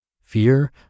Fear